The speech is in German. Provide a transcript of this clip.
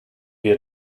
wir